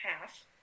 half